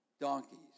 donkeys